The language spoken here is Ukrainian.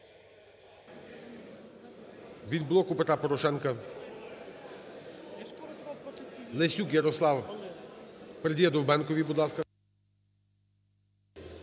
Від "Блоку Петра Порошенка" Лесюк Ярослав передає Довбенкові. Будь ласка.